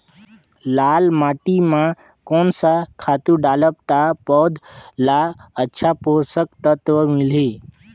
लाल माटी मां कोन सा खातु डालब ता पौध ला अच्छा पोषक तत्व मिलही?